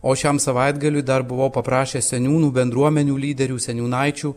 o šiam savaitgaliui dar buvau paprašęs seniūnų bendruomenių lyderių seniūnaičių